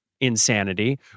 insanity